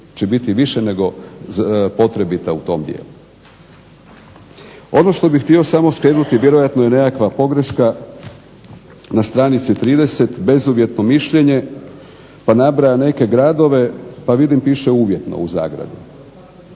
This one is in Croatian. će biti više nego potrebita u tom dijelu. Ono što bih htio samo skrenuti vjerojatno je nekakva pogreška na stranici 30. Bezuvjetno mišljenje pa nabraja neke gradove, pa vidim piše uvjetno u zagradi.